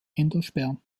endosperm